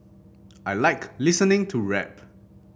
I like listening to rap